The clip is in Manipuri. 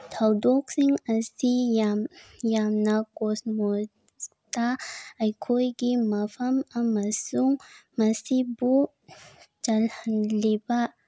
ꯊꯧꯗꯣꯛꯁꯤꯡ ꯑꯁꯤ ꯌꯥꯝ ꯌꯥꯝꯅ ꯀꯣꯁꯃꯣꯁꯇ ꯑꯩꯈꯣꯏꯒꯤ ꯃꯐꯝ ꯑꯃꯁꯨꯡ ꯃꯁꯤꯕꯨ ꯆꯜꯍꯜꯂꯤꯕ